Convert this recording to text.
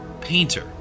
painter